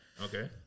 Okay